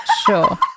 Sure